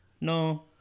No